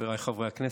חבריי חברי הכנסת,